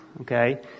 okay